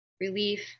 relief